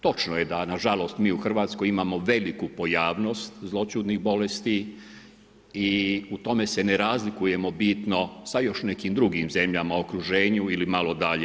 Točno je da na žalost mi u Hrvatskoj imamo veliku pojavnost zloćudnih bolesti i u tome se ne razlikujemo bitno sa još nekim drugim zemljama u okruženju ili malo dalje.